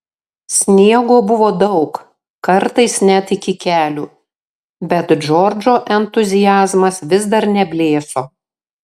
sniego buvo daug kartais net iki kelių bet džordžo entuziazmas vis dar neblėso